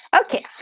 Okay